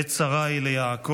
עת צרה היא ליעקב,